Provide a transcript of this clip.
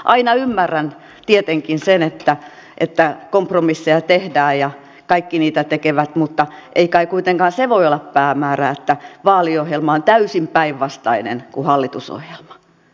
aina ymmärrän tietenkin sen että kompromisseja tehdään ja kaikki niitä tekevät mutta ei kai kuitenkaan se voi olla päämäärä että vaaliohjelma on täysin päinvastainen kuin hallitusohjelma